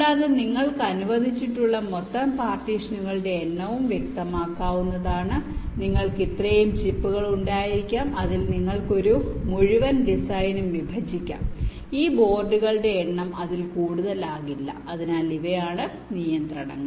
കൂടാതെ നിങ്ങൾക്ക് അനുവദിച്ചിട്ടുള്ള മൊത്തം പാർട്ടീഷനുകളുടെ എണ്ണവും വ്യക്തമാക്കാവുന്നതാണ് നിങ്ങൾക്ക് ഇത്രയും ചിപ്പുകൾ ഉണ്ടായിരിക്കാം അതിൽ നിങ്ങൾക്ക് ഒരു മുഴുവൻ ഡിസൈനും വിഭജിക്കാം ഈ ബോർഡുകളുടെ എണ്ണം അതിൽ കൂടുതലാകില്ല അതിനാൽ ഇവയാണ് നിയന്ത്രണങ്ങൾ